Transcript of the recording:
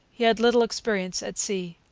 he had little experience at sea.